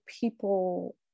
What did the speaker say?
people